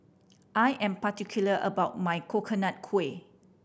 I am particular about my Coconut Kuih